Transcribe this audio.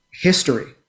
history